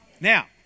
Now